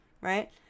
right